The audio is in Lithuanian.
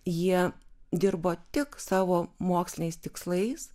jie dirbo tik savo moksliniais tikslais